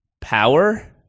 power